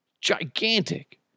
Gigantic